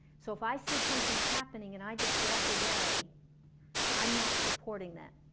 so if i see something happening and i just walk away i'm not supporting them,